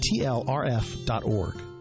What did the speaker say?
tlrf.org